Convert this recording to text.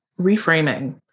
reframing